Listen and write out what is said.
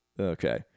Okay